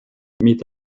mit